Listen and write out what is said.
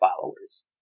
followers